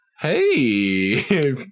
Hey